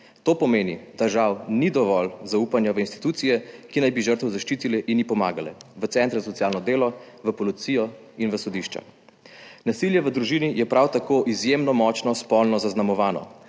To pomeni, da žal ni dovolj zaupanja v institucije, ki naj bi zaščitile žrtve in jim pomagale, v centre za socialno delo, v policijo in v sodišča. Nasilje v družini je prav tako izjemno močno spolno zaznamovano.